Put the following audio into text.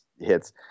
hits